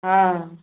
हँ